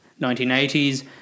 1980s